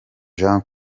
jean